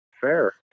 Fair